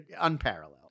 unparalleled